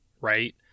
right